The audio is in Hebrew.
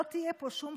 לא תהיה פה שום